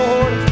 Lord